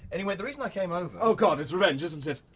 anyway, the reason i came over oh god, it's revenge, isn't it?